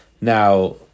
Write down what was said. now